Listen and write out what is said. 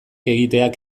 egiteak